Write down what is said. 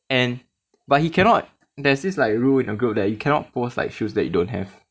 and but he cannot there's this like rule in the group that you cannot post like shoes that you don't have